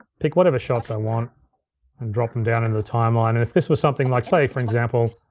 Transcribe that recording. pick whatever shots i want and drop them down into the timeline, and if this was something like say, for example,